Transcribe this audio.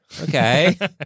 Okay